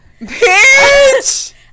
Bitch